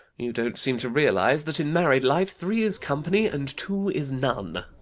you don't seem to realise, that in married life three is company and two is none.